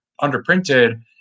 underprinted